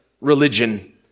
religion